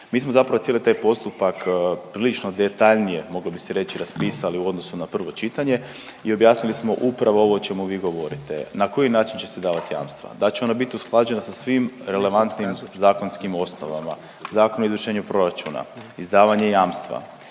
mi smo zapravo cijeli taj postupak prilično detaljnije moglo bi se reći raspisali u odnosu na prvo čitanje i objasnili smo upravo ovo o čemu vi govorite, na koji način će se davat jamstva, da će ona bit usklađena sa svim relevantnim zakonskim osnovama, Zakon o izvršenju proračuna, izdavanje jamstva,